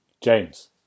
James